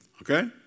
Okay